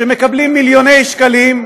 שמקבלים מיליוני שקלים,